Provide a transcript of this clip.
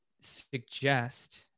suggest